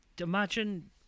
imagine